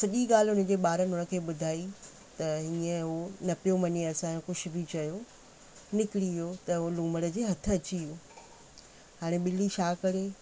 सॼी ॻाल्हि हुनजे ॿारनि हुनखे ॿुधाई त हीअं उहो न पियो मञे असां कुझु बि चयो निकिरी वियो त उहो लूमड़ जे हथु अची वियो हाणे ॿिली छा करे